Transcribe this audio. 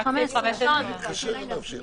דיון שעניינו הקראת